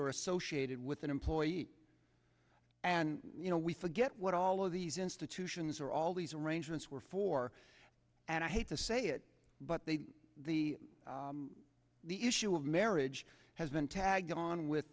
or associated with an employee and you know we forget what all of these institutions are all these arrangements were for and i hate to say it but they the the issue of marriage has been tagged on with